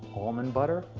almond, butter,